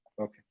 Okay